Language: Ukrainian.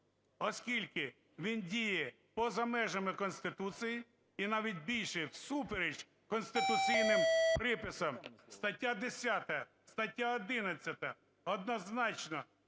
оскільки він діє поза межами Конституції і, навіть більше, всупереч конституційним приписам. Стаття 10, стаття 11 однозначно